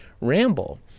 ramble